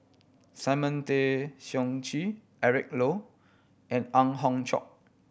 Simon Tay Seong Chee Eric Low and Ang Hiong Chiok